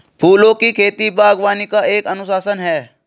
फूलों की खेती, बागवानी का एक अनुशासन है